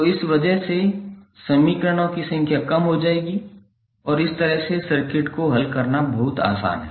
तो इस वजह से समीकरणों की संख्या कम हो जाएगी और इस तरह के सर्किट को हल करना बहुत आसान है